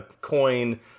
coin